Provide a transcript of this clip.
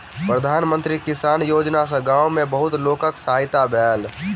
प्रधान मंत्री किसान योजना सॅ गाम में बहुत लोकक सहायता भेल